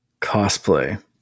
Cosplay